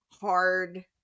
hard